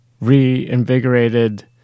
reinvigorated